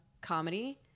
comedy